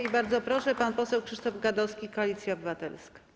I bardzo proszę, pan poseł Krzysztof Gadowski, Koalicja Obywatelska.